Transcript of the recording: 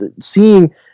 seeing